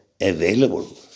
available